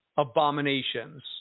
abominations